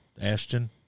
Ashton